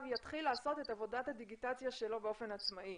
יתחיל לעשות את עבודת הדיגיטציה שלו באופן עצמאי.